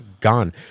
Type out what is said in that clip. gone